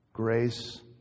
Grace